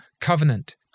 covenant